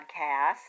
Podcast